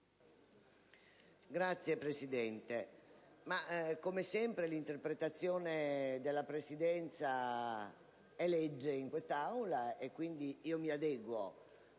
Signor Presidente, come sempre l'interpretazione della Presidenza è legge in questa Aula. Quindi, io mi adeguo